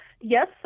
Yes